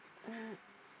mm